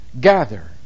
gather